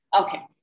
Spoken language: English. Okay